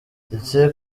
ndetse